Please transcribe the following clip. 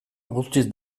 guztiz